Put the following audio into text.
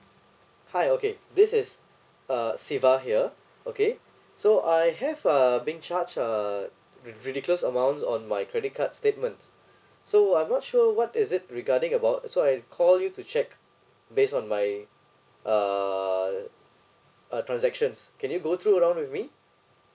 hi okay this is uh siva here okay so I have uh being charged uh ridiculous amounts on my credit card statement so I'm not sure what is it regarding about so I call you to check based on my err uh transactions can you go through around with me